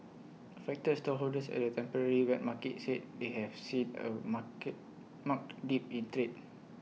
affected stallholders at the temporary wet market said they have seen A market marked dip in trade